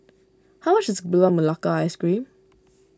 how much is Gula Melaka Ice Cream